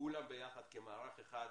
כולם ביחד כמערך אחד,